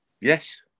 Yes